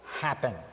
happen